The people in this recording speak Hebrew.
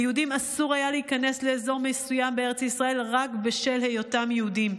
ליהודים אסור היה להיכנס לאזור מסוים בארץ ישראל רק בשל היותם יהודים.